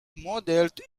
modelled